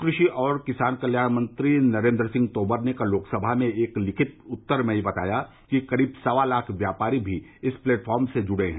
कृषि और किसान कल्याण मंत्री नरेन्द्र सिंह तोमर ने कल लोकसभा में एक लिखित उत्तर में बताया कि करीब सवा लाख व्यापारी भी इस प्लैटफार्म से जुड़े हैं